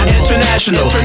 international